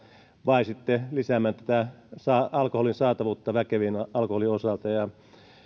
vai sitten lisäämään alkoholin saatavuutta väkevien alkoholien osalta